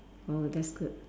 oh that's good